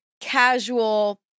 casual